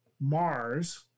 Mars